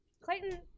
Clayton